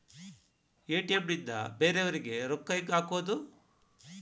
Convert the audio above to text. ATM ನಿಂದ ಬೇರೆಯವರಿಗೆ ರೊಕ್ಕ ಹೆಂಗ್ ಹಾಕೋದು?